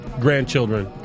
grandchildren